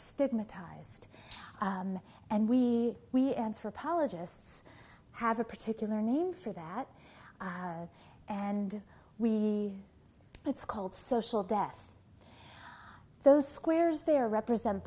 stigmatized and we we anthropologists have a particular name for that and we it's called social death those squares there represent